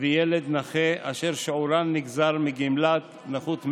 וילד נכה, אשר שיעורן נגזר מגמלת נכות מלאה.